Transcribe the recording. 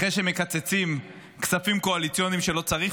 אחרי שמקצצים כספים קואליציוניים שלא צריך,